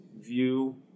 view